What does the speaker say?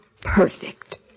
perfect